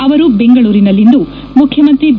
ಅವರು ಬೆಂಗಳೂರಿನಲ್ಲಿಂದು ಮುಖ್ಯಮಂತ್ರಿ ಬಿ